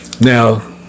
Now